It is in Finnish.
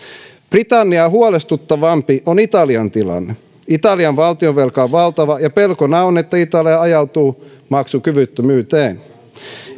britanniaa huolestuttavampi on italian tilanne italian valtionvelka on valtava ja pelkona on että italia ajautuu maksukyvyttömyyteen